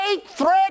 threat